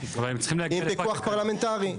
עם פיקוח פרלמנטרי.